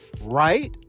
right